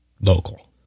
local